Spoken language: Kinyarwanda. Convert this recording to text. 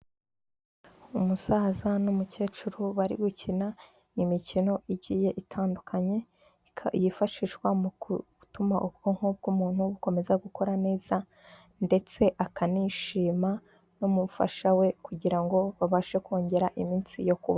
Umusaza n'umukecuru bari gukina imikino igiye itandukanye, yifashishwa mu gutuma ubwonko bw'umuntu bukomeza gukora neza ndetse akanishima, n'umufasha we kugira ngo babashe kongera iminsi yo kubaho.